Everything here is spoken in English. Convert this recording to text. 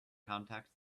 contact